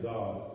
God